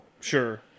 sure